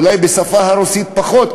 אולי בשפה הרוסית פחות,